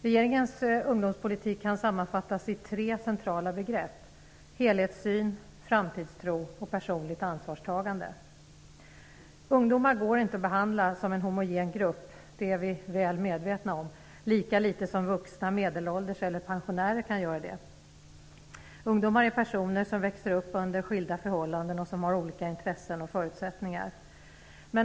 Regeringens ungdomspolitik kan sammanfattas i tre centrala begrepp: helhetssyn, framtidstro och personligt ansvarstagande. Ungdomar går lika litet som vuxna, medelålders eller pensionärer att behandla som en homogen grupp. Det är vi väl medvetna om. Ungdomar är personer som växer upp under skilda förhållanden och som har olika intressen och förutsättningar.